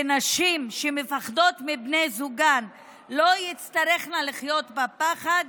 ונשים שמפחדות מבני זוגן לא תצטרכנה לחיות בפחד,